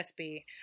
sb